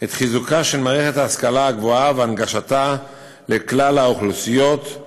את חיזוקה של מערכת ההשכלה הגבוהה והנגשתה לכלל האוכלוסיות,